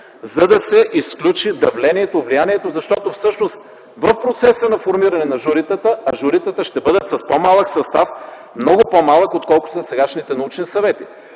за да се изключи давлението, влиянието, защото всъщност в процеса на формиране на журитата, а журитата ще бъдат с по-малък състав, много по-малък отколкото сегашните научни съвети.